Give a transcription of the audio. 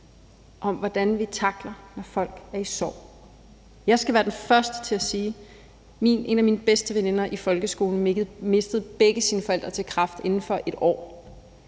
om, hvordan vi tackler, når folk er i sorg. En af mine bedste veninder i folkeskolen mistede begge sine forældre til kræft inden for 1 år,